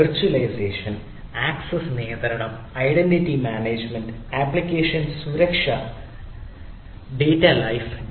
virtualisation ആണ്